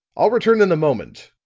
i'll return in a moment,